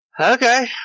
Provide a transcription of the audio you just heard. Okay